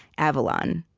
avalon.